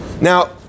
Now